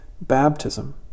baptism